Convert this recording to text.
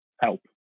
help